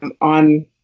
on